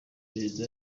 perezida